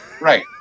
right